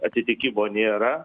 atitikimo nėra